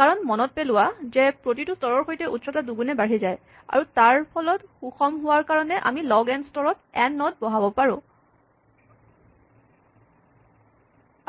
কাৰণ মনত পেলোৱা যে প্ৰতিটো স্তৰৰ সৈতে উচ্চতা দুগুণে বাঢ়ি যায় আৰু তাৰফলত সুষম হোৱাৰ কাৰণে আমি লগ এন স্তৰত এন নড বহাব পাৰোঁ